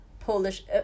Polish